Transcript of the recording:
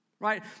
right